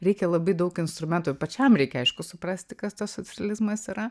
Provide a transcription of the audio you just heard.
reikia labai daug instrumentų jau pačiam reikia aišku suprasti kas tas socrealizmas yra